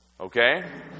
Okay